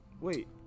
wait